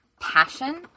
passion